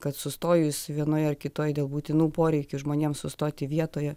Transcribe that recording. kad sustojus vienoj ar kitoj dėl būtinų poreikių žmonėm sustoti vietoje